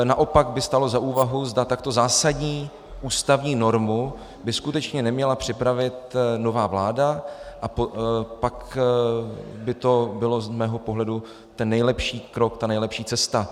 Naopak by stálo za úvahu, zda takto zásadní ústavní normu by skutečně neměla připravit nová vláda, a pak by to byl z mého pohledu ten nejlepší krok, ta nejlepší cesta.